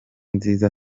nziza